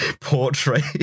portrait